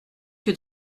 que